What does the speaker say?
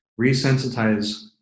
resensitize